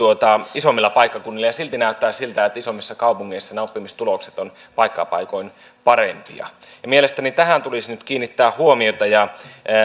isommilla paikkakunnilla ja silti näyttää siltä että isommissa kaupungeissa nämä oppimistulokset ovat paikka paikoin parempia mielestäni tähän tulisi nyt kiinnittää huomiota ja